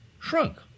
shrunk